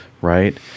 right